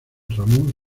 ramon